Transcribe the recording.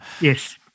Yes